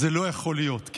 זה לא יכול להיות.